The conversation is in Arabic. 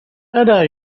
ألا